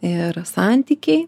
ir santykiai